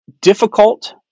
difficult